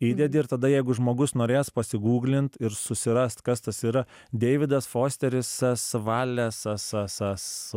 įdedi ir tada jeigu žmogus norės pasiguglint ir susirast kas tas yra deividas fosterisas valesasasas